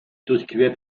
durchquert